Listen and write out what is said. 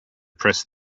press